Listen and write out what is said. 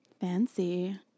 Fancy